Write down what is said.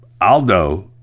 Aldo